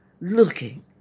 looking